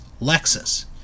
Lexus